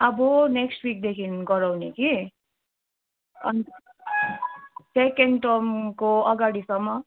अब नेक्स्ट विकदेखि गराउने कि अन सेकेन्ड टर्मको अगाडिसम्म